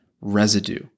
residue